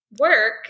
work